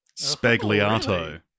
Spagliato